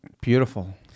Beautiful